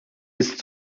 ist